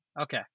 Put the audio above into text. Okay